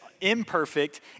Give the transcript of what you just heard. imperfect